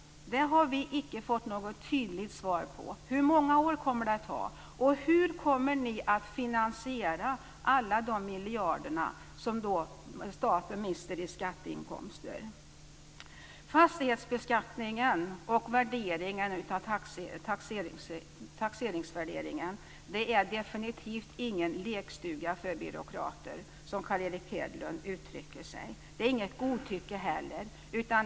Det har vi icke fått något tydligt svar på. Hur många år kommer det att ta, och hur kommer ni att finansiera alla de miljarder som staten då mister i skatteinkomster? Fastighetsbeskattningen och taxeringvärderingen är definitivt ingen lekstuga för byråkrater, som Carl Erik Hedlund uttrycker sig. De är inte heller något godtycke.